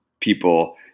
people